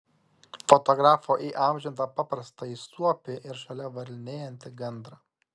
fotografo įamžintą paprastąjį suopį ir šalia varlinėjantį gandrą